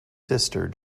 sister